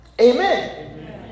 Amen